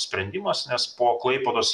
sprendimas nes po klaipėdos